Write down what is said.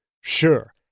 Sure